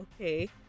Okay